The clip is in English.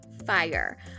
Fire